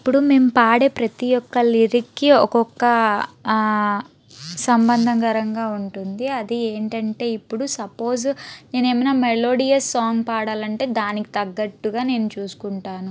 ఇప్పుడు మేము పాడే ప్రతి యొక్క లిరిక్కి ఒకొక్క సంబంధకరంగా ఉంటుంది అది ఏమిటంటే ఇప్పుడు సపోజు నేనేమైనా మెలోడియల్ సాంగ్ పాడాలంటే దానికి తగ్గట్టుగా నేను చూసుకుంటాను